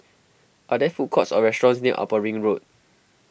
are there food courts or restaurants near Upper Ring Road